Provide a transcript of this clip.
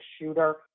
shooter